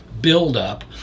buildup